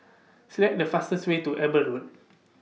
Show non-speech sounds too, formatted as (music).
(noise) Select The fastest Way to Eber Road